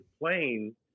playing